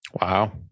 Wow